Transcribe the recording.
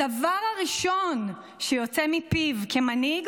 הדבר הראשון שיוצא מפיו כמנהיג